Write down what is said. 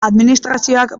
administrazioak